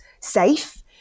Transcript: safe